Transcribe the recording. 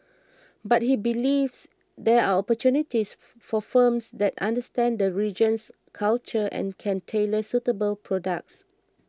but he believes there are opportunities for firms that understand the region's culture and can tailor suitable products